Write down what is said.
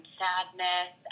sadness